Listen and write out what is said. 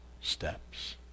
steps